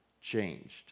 changed